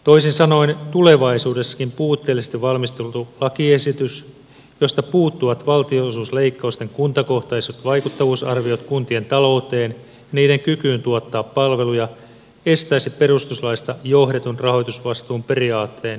toisin sanoen tulevaisuudessakin puutteellisesti valmisteltu lakiesitys josta puuttuvat valtionosuusleikkausten kuntakohtaiset vaikuttavuusarviot kuntien talouteen niiden kykyyn tuottaa palveluja estäisi perustuslaista johdetun rahoitusvastuun periaatteen toteutumisen arvioinnin